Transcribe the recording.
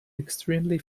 extremely